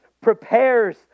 prepares